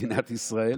במדינת ישראל,